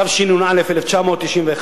התשנ"א 1991,